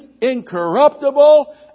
incorruptible